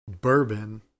bourbon